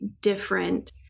different